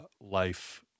life